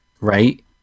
right